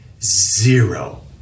zero